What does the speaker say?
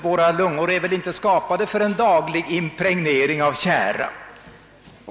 Våra lungor är inte skapade för en daglig impregnering av tjära.